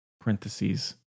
parentheses